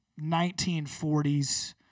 1940s